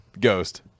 Ghost